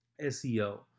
SEO